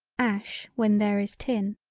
ash when there is tin.